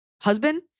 husband